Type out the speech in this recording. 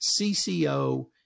CCO